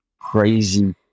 crazy